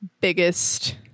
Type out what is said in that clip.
biggest